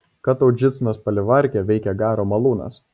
kataučiznos palivarke veikė garo malūnas